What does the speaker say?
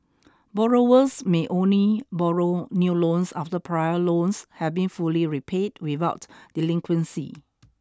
borrowers may only borrow new loans after prior loans have been fully repaid without delinquency